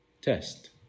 test